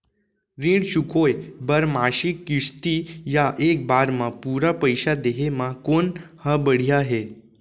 ऋण चुकोय बर मासिक किस्ती या एक बार म पूरा पइसा देहे म कोन ह बढ़िया हे?